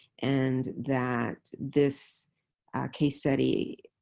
and that this case study